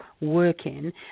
working